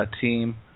team